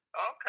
okay